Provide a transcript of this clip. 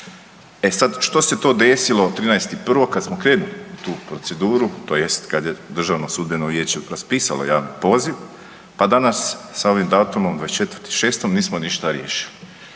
E sad, što se to desilo 13.1. kad smo krenuli u tu proceduru, tj. kad je DSV raspisalo javni poziv, pa danas sa ovim datumom 24.6. nismo ništa riješili.